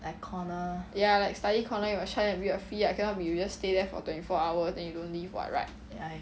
ya like study corner you must charge them a fee ah cannot be you just stay there for twenty four hour then you don't leave [what] right